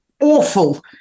awful